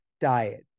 diet